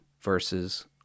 versus